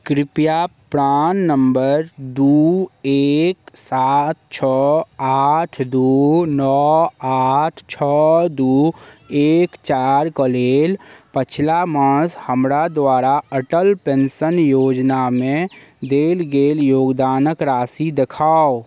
कृपया PRAN number दू एक सात छओ आठ दू नओ आठ छओ दू एक चारि कऽ लेल पछिला मास हमरा द्वारा अटल पेंशन योजनामे देल गेल योगदानक राशि देखाउ